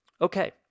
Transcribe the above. Okay